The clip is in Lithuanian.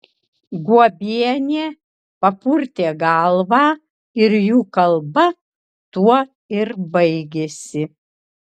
guobienė papurtė galvą ir jų kalba tuo ir baigėsi